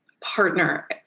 partner